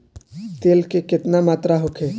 तेल के केतना मात्रा होखे?